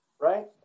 right